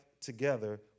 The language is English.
together